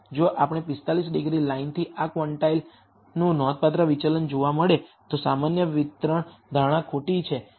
જો આપણે 45 ડિગ્રી લાઈનથી આ ક્વોન્ટાઇલ્સનું નોંધપાત્ર વિચલન જોવા મળે તો સામાન્ય વિતરણ ધારણા ખોટી છે